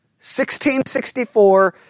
1664